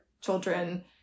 children